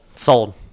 Sold